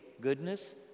goodness